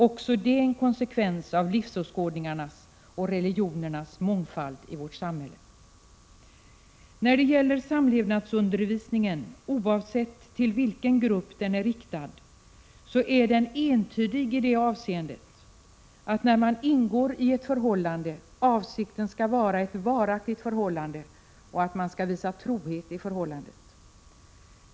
Också det är en konsekvens av livsåskådningarnas och religionernas mångfald i vårt samhälle. När det gäller samlevnadsundervisningen, oavsett till vilken grupp den är riktad, så är den entydig i det avseendet att när man ingår i ett förhållande, så skall avsikten vara ett varaktigt förhållande och att man skall visa trohet i förhållandet.